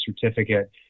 certificate